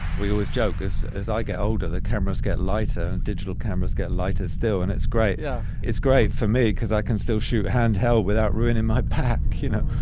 we always joke. as as i get older, the cameras get lighter. digital cameras get lighter still. and it's great. yeah it's great for me because i can still shoot handheld without ruining my pack you know,